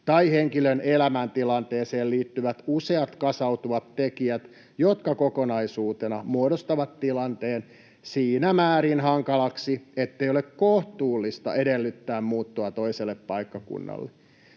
tai henkilön elämäntilanteeseen liittyvät useat kasautuvat tekijät, jotka kokonaisuutena muodostavat tilanteen siinä määrin hankalaksi, ettei ole kohtuullista edellyttää muuttoa toiselle paikkakunnalle.